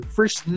First